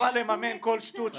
בין מדיות שונות,